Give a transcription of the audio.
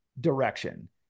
direction